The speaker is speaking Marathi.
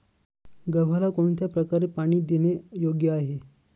गव्हाला कोणत्या प्रकारे पाणी देणे योग्य आहे?